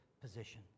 position